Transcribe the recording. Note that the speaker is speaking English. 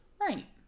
Right